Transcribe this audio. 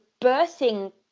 birthing